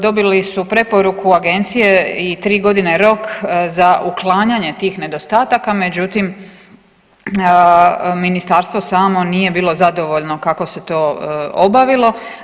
Dobili su preporuku agencije i tri godine rok za uklanjanje tih nedostataka, međutim ministarstvo samo nije bilo zadovoljno kako se to obavilo.